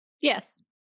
Yes